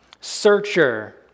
searcher